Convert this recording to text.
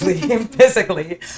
physically